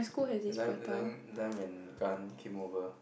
that time that time that time when Gan came over